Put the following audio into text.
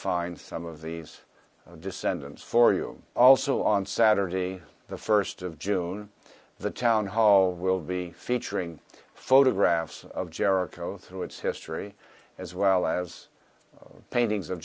find some of these descendants for you also on saturday the first of june the town hall will be featuring photographs of jericho through its history as well as paintings of